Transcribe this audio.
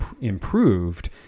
improved